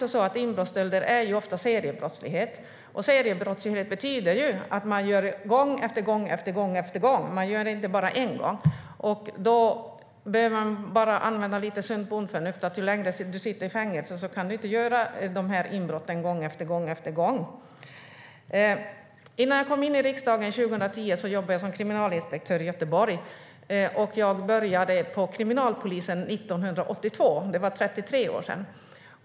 Inbrottsstölder är ofta seriebrottslighet. Det betyder att man begår brott gång efter gång, inte bara en gång. Då behöver man bara använda lite sunt bondförnuft: Ju längre tid du sitter i fängelse, desto mindre möjlighet att begå dessa brott gång efter gång. Innan jag kom in i riksdagen 2010 jobbade jag som kriminalinspektör i Göteborg. Jag började på kriminalpolisen 1982. Det var för 33 år sedan.